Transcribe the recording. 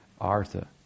artha